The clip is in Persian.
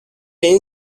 این